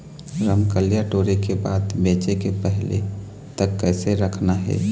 रमकलिया टोरे के बाद बेंचे के पहले तक कइसे रखना हे?